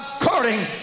according